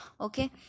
Okay